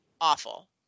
awful